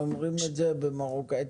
אומרים את זה גם במרוקאית.